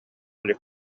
илик